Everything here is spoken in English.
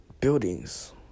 buildings